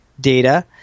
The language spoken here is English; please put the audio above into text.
data